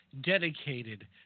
dedicated –